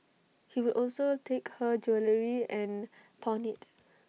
he would also take her jewellery and pawn IT